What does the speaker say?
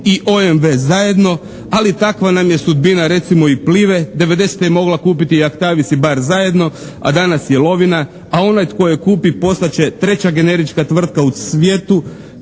i OMV zajedno, ali takva nam je sudbina recimo i "Plive" 90. je mogla kupiti Aktavis i Bar zajedno, a danas je lovina, a onaj tko je kupi postat će treća generička tvrtka u svijetu